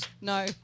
No